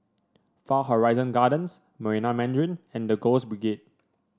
Far Horizon Gardens Marina Mandarin and The Girls Brigade